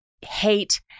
hate